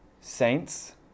saints